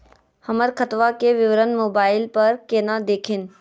हमर खतवा के विवरण मोबाईल पर केना देखिन?